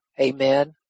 Amen